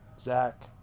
zach